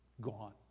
gone